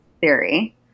theory